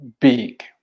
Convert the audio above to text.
big